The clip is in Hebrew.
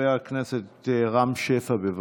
חבר הכנסת רם שפע, בבקשה.